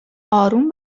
آروم